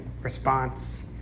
response